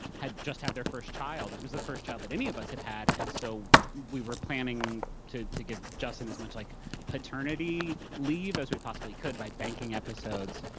had just had their first child, and it was the first child that any of us had had, and so we were planning to to give justin as much like paternity leave as we possibly could by banking episodes.